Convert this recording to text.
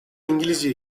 i̇ngilizce